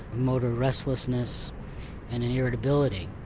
motor restlessness and an irritability.